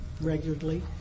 regularly